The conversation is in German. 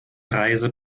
reise